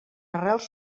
arrels